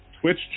twitch